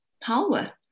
power